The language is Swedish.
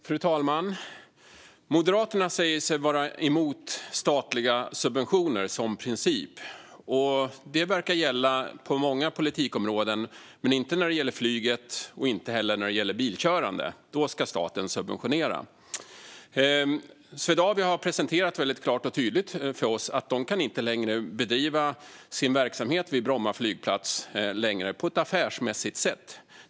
Fru talman! Moderaterna säger sig vara emot statliga subventioner av princip. Det verkar vara så på många politikområden, men inte när det gäller flyget och inte heller när det gäller bilkörande. Då ska staten subventionera. Swedavia har presenterat väldigt klart och tydligt för oss att de inte längre kan bedriva sin verksamhet vid Bromma flygplats på ett affärsmässigt sätt.